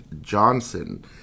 Johnson